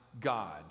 God